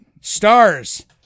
Stars